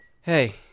Hey